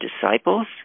disciples